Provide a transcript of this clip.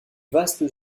vaste